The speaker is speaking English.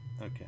Okay